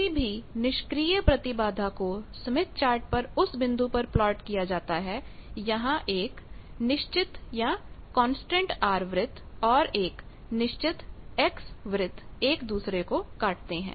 किसी भी निष्क्रिय प्रतिबाधा को स्मिथ चार्ट पर उस बिंदु पर प्लॉट किया जाता है जहां एक कांस्टेंट constant निश्चित R वृत्त और एक कांस्टेंट constant निश्चित X वृत्त एक दूसरे को काटते हैं